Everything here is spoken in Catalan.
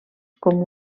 com